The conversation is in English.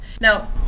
Now